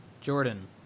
Jordan